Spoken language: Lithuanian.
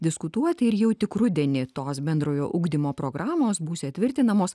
diskutuoti ir jau tik rudenį tos bendrojo ugdymo programos bus įtvirtinamos